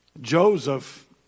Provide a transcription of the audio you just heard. Joseph